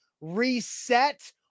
reset